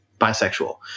bisexual